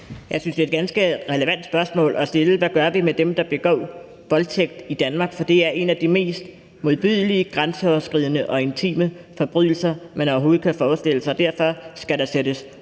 Jeg synes, det er et ganske relevant spørgsmål at stille, altså hvad gør vi med dem, der begår voldtægt i Danmark? For det er en af de mest modbydelige, grænseoverskridende og intime forbrydelser, man overhovedet kan forestille sig. Derfor skal der sættes